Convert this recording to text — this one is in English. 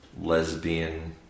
lesbian